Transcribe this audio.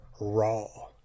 Raw